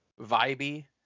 vibey